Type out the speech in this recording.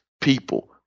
people